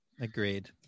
Agreed